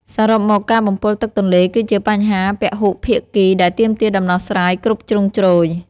សរុបមក ការបំពុលទឹកទន្លេគឺជាបញ្ហាពហុភាគីដែលទាមទារដំណោះស្រាយគ្រប់ជ្រុងជ្រោយ។